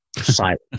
Silence